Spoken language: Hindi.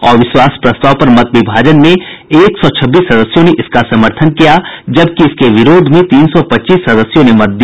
अविश्वास प्रस्ताव पर मतविभाजन में एक सौ छब्बीस सदस्यों ने इसका समर्थन किया जबकि इसके विरोध में तीन सौ पच्चीस सदस्यों ने मत दिया